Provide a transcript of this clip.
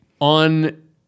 on